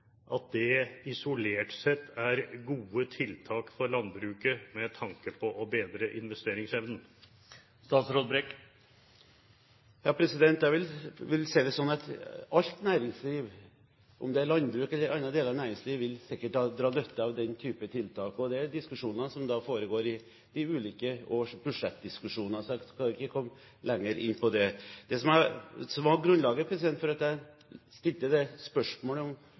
skatt – isolert sett er gode tiltak for landbruket med tanke på å bedre investeringsevnen? Jeg vil si det sånn at alt næringsliv, om det er landbruk eller andre deler av næringslivet, sikkert vil dra nytte av den type tiltak. Og det er diskusjoner som foregår i de ulike års budsjettdrøftinger, så jeg skal ikke gå nærmere inn på det. Det som var grunnen til at jeg stilte spørsmålet om